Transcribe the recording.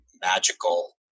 magical